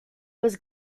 was